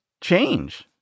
change